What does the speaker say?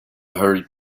hurried